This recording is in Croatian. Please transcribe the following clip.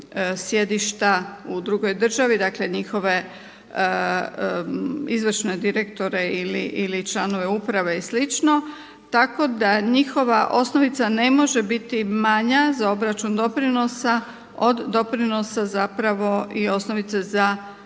sjedišta u drugoj državi, dakle njihove izvršne direktore ili članove uprave i slično, tako da njihova osnovica ne može biti manja za obračun doprinosa od doprinosa zapravo i osnovice za